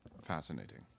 Fascinating